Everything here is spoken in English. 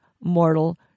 mortal